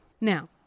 Now